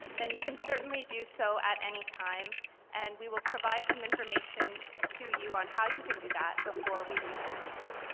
then you can certainly do so at any time and we will provide some information to you on how you can do that before we leave this evening.